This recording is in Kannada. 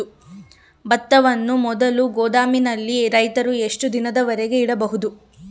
ಭತ್ತವನ್ನು ಮೊದಲು ಗೋದಾಮಿನಲ್ಲಿ ರೈತರು ಎಷ್ಟು ದಿನದವರೆಗೆ ಇಡಬಹುದು?